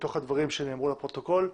מתוך הדברים שנאמרו לפרוטוקול.